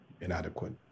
inadequate